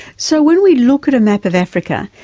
so when we look at a map of africa,